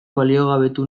baliogabetu